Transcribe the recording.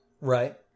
Right